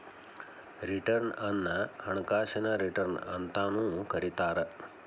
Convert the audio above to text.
return ಅನ್ನ ಹಣಕಾಸಿನ return ಅಂತಾನೂ ಕರಿತಾರ